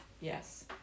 yes